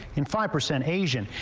and five percent asian.